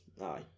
Aye